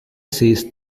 says